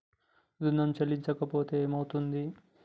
ఋణం చెల్లించకపోతే ఏమయితది?